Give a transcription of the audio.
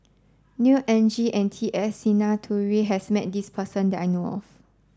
Neo Anngee and T S Sinnathuray has met this person that I know of